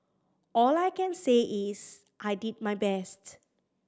all I can say is I did my best